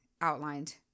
outlined